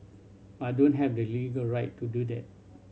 but don't have the legal right to do that